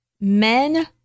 men